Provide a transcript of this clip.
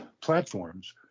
platforms